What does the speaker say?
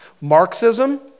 Marxism